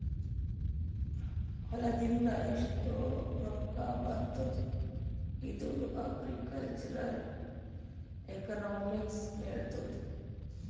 ಹೊಲಾದಿಂದ್ ಎಷ್ಟು ರೊಕ್ಕಾ ಬರ್ತುದ್ ಇದು ಅಗ್ರಿಕಲ್ಚರಲ್ ಎಕನಾಮಿಕ್ಸ್ ಹೆಳ್ತುದ್